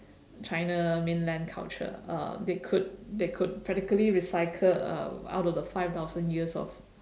china mainland culture uh they could they could practically recycle uh out of the five thousands years of